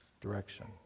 direction